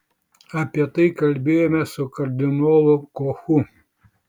apie tai kalbėjome su kardinolu kochu